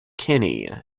kinney